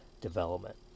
development